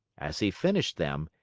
as he finished them,